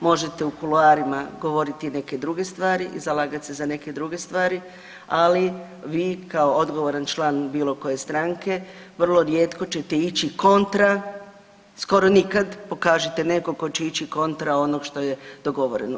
Možete u kuloarima govoriti neke druge stvari i zalagati se za neke druge stvari, ali vi kao odgovoran član bilo koje stranke vrlo rijetko ćete ići kontra, skoro nikad, pokažite nekog tko će ići kontra onog što je dogovoreno.